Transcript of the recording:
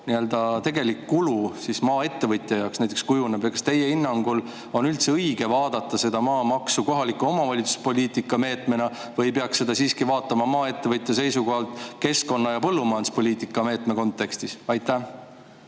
maamaksu tegelik kulu maaettevõtja jaoks kujuneb? Ja kas teie hinnangul on üldse õige vaadata seda maamaksu kohaliku omavalitsuse poliitika meetmena? Ehk peaks seda siiski vaatama maaettevõtja seisukohalt, keskkonna- ja põllumajanduspoliitika meetme kontekstis? Aitäh!